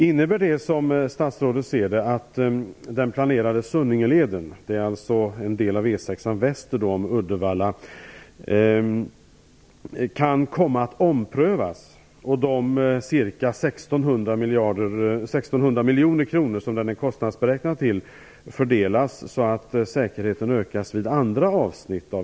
Innebär det, som statsrådet ser det, att den planerade Sunningeleden - alltså en del av E 6 väster om Uddevalla - kan komma att omprövas och de ca 1 600 miljoner kronor som den är kostnadsberäknad till fördelas så att säkerheten ökas vid andra avsnitt av